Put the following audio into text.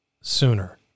sooner